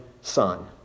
son